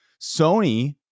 Sony